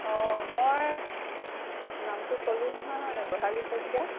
অঁ মই নামটো ক'লোঁ নহয় হয়নে বহাগী শইকীয়া